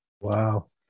Wow